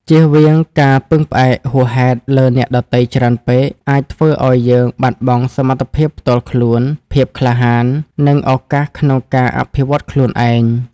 ជៀសវាងការពឹងផ្អែកហួសហេតុលើអ្នកដទៃច្រើនពេក អាចធ្វើឲ្យយើងបាត់បង់សមត្ថភាពផ្ទាល់ខ្លួន ភាពក្លាហាន និងឱកាសក្នុងការអភិវឌ្ឍខ្លួនឯង។